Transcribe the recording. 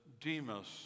Demas